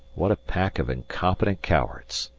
what a pack of incompetent cowards!